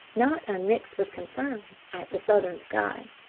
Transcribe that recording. not unmixed with concern, at the southern sky.